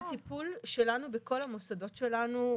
הטיפול שלנו בכל המוסדות שלנו,